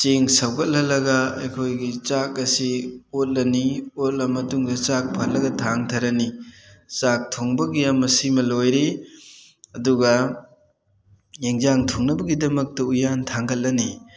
ꯆꯦꯡ ꯁꯧꯒꯠꯍꯜꯂꯒ ꯑꯩꯈꯣꯏꯒꯤ ꯆꯥꯛ ꯑꯁꯤ ꯑꯣꯠꯂꯅꯤ ꯑꯣꯠꯂ ꯃꯇꯨꯡꯗ ꯆꯥꯛ ꯐꯍꯜꯂꯒ ꯊꯥꯡꯊꯔꯅꯤ ꯆꯥꯛ ꯊꯣꯡꯕꯒꯤ ꯑꯃ ꯁꯤꯃ ꯂꯣꯏꯔꯦ ꯑꯗꯨꯒ ꯏꯟꯖꯥꯡ ꯊꯣꯡꯅꯕꯒꯤꯗꯃꯛꯇ ꯎꯌꯥꯟ ꯊꯥꯡꯒꯠꯂꯅꯤ